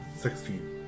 Sixteen